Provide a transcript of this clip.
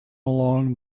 along